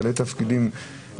בעלי תפקידים,